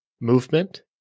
movement